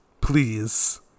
please